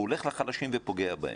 הוא הולך לחלשים ופוגע בהם.